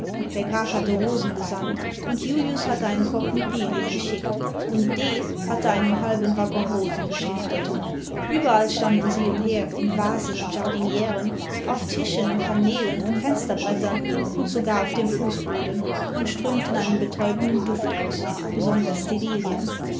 der graf hatte rosen gesandt und julius hatte einen korb mit lilien geschickt und d hatte einen halben waggon rosen gestiftet überall standen sie umher in vasen und jardiniren auf tischen und paneelen und fensterbrettern imd sogar auf dem fußboden und strömten einen betäubenden duft aus besonders